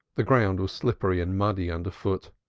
the ground was slippery and muddy under foot.